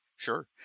Sure